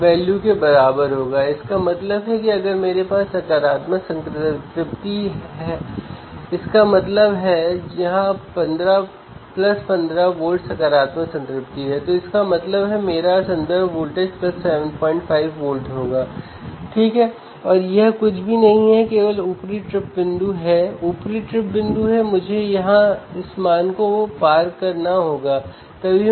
common mode rejection अनुपात हम पहले से ही सिद्धांत वर्ग में देख चुके हैं CMRR कुछ भी नहीं है लेकिन डिफ़्रेंसियल लाभ कॉमन मोड लाभ ADACM है